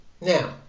Now